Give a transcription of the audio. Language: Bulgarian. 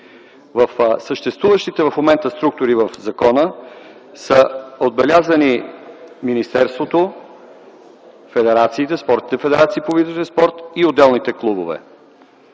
В съществуващите в момента структури в закона са отбелязани министерството, спортните федерации по видове спорт и отделните клубове.